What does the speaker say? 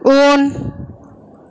उन